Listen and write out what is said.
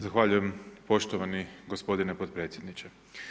Zahvaljujem poštovani gospodine potpredsjedniče.